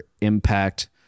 impact